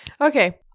okay